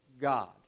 God